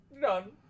done